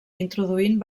introduint